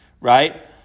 right